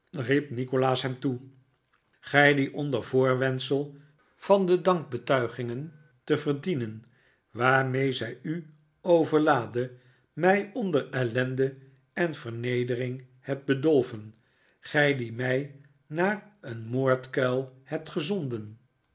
riep nikolaas hem toe gij die onder voorwendsel van de dankbetuigingen te verdienen waarmee zij u overlaadde mij onder ellende en vernederingen hebt bedolven gij die mij naar een moordkuil hebt gezonden